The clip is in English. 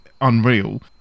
unreal